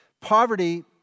Poverty